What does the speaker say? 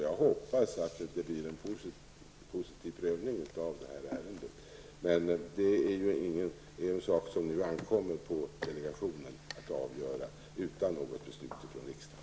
Jag hoppas att det blir en positiv prövning av ärendet, men det ankommer som sagt på boverket att avgöra utan något beslut i riksdagen.